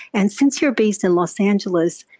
and since you're based in los angeles,